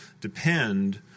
depend